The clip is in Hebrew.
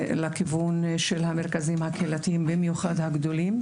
לכיוון של המרכזים הקהילתיים, במיוחד הגדולים.